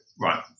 right